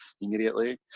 immediately